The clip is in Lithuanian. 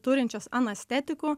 turinčios anestetikų